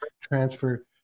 transfer